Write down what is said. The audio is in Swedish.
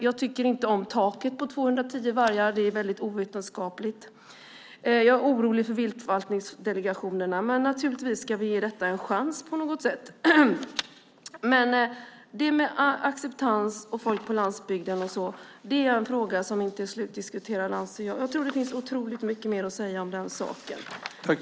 Jag tycker inte om taket på 210 vargar, det är väldigt ovetenskapligt, och jag är orolig för viltförvaltningsdelegationerna, men naturligtvis ska vi ge detta en chans. När det gäller acceptans, folk på landsbygden och så vidare, är det en fråga som inte är slutdiskuterad anser jag. Jag tror att det finns mycket mer att säga om den saken.